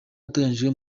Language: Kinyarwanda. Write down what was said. ateganyijwe